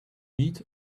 meat